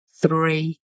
three